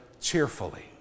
cheerfully